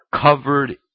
Covered